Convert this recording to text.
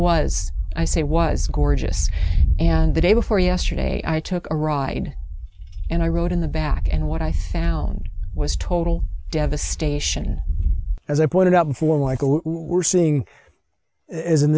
was i say was gorgeous and the day before yesterday i took a ride and i rode in the back and what i found was total devastation as i pointed out before michael what we're seeing as